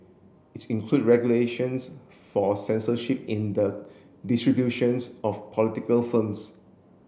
it's include regulations for censorship in the distributions of political films